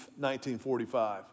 1945